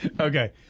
Okay